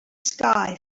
sky